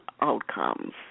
outcomes